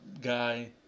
guy